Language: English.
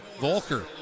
Volker